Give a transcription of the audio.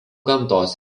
gamtos